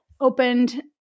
opened